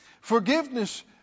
Forgiveness